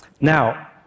Now